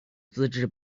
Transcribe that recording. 自治